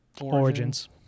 Origins